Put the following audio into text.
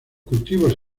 cultivos